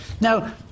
Now